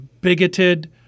bigoted